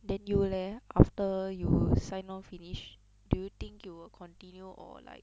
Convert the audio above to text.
then you leh after you sign on finished do you think you will continue or like